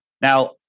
Now